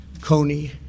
Coney